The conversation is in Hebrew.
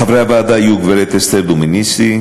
חברי הוועדה היו: גברת אסתר דומיניסיני,